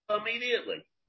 immediately